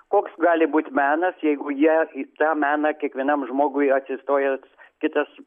koks gali būt menas jeigu jie į tą meną kiekvienam žmogui atsistojęs kitas